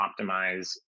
optimize